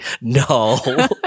no